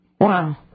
Wow